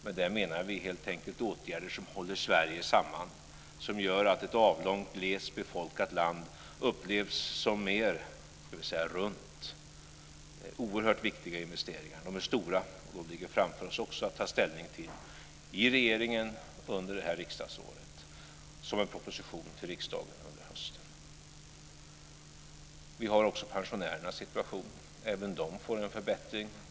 Med det menar vi helt enkelt åtgärder som håller Sverige samman och som gör att ett avlångt, glest befolkat land upplevs som mer runt. Det är oerhört viktiga och stora investeringar som vi i regeringen har att ta ställning till under det här riksdagsåret. Det kommer en proposition till riksdagen under hösten. Vi har också pensionärernas situation att ta itu med. Även de får en förbättring.